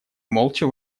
молча